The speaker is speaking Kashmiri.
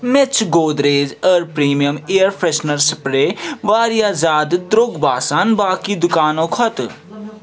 مےٚ چھُ Godrej air premium air freshener spray واریاہ زیادٕ درٛۅگ باسان باقٕے دُکانو کھۄتہٕ